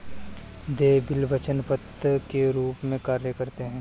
देय बिल वचन पत्र के रूप में कार्य करते हैं